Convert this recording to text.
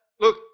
Look